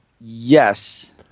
Yes